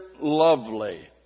lovely